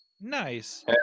Nice